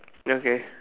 okay